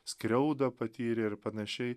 skriaudą patyrė ir panašiai